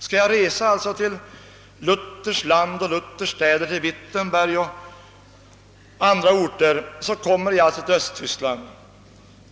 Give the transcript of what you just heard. Skall jag alltså resa till Luthers land, till en stad som Wittenberg och till andra orter, så kommer jag till Östtyskland.